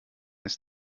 ist